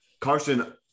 Carson